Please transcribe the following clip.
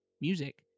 music